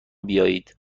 بیایید